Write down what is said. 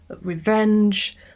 revenge